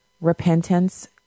repentance